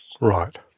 Right